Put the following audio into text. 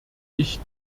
ich